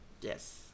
Yes